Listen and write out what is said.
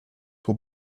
will